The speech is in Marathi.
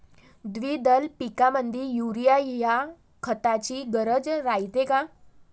द्विदल पिकामंदी युरीया या खताची गरज रायते का?